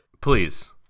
Please